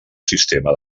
sistema